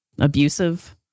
abusive